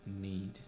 need